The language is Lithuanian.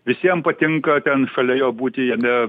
visiem patinka ten šalia jo būti jame